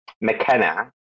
mckenna